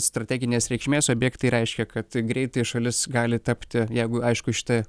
strateginės reikšmės objektai reiškia kad greitai šalis gali tapti jeigu aišku šita